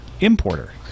importer